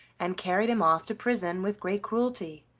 and carried him off to prison with great cruelty.